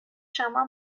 شما